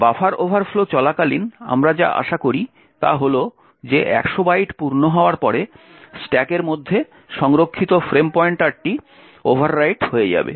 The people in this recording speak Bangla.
বাফার ওভারফ্লো চলাকালীন আমরা যা আশা করি তা হল যে 100 বাইট পূর্ণ হওয়ার পরে স্ট্যাকের মধ্যে সংরক্ষিত ফ্রেম পয়েন্টারটি ওভাররাইট হয়ে যাবে